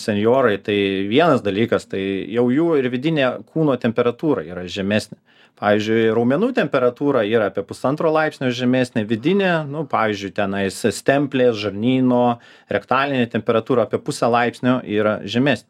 senjorai tai vienas dalykas tai jau jų ir vidinė kūno temperatūra yra žemesnė pavyzdžiui raumenų temperatūra yra apie pusantro laipsnio žemesnė vidinė nuo pavyzdžiui tenai stemplės žarnyno rektalinė temperatūra apie pusę laipsnio yra žemesnė